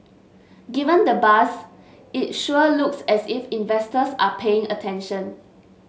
given the buzz it sure looks as if investors are paying attention